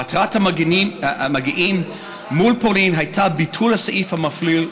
מטרת המגעים מול פולין הייתה ביטול הסעיף המפליל,